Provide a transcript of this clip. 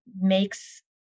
makes